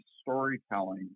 storytelling